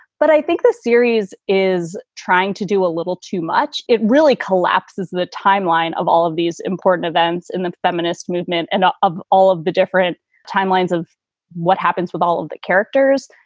but i think this series is trying to do a little too much. it really collapses the timeline of all of these important events in the feminist movement and ah of all of the different timelines of what happens with all of the characters.